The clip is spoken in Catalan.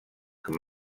com